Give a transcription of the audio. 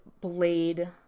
blade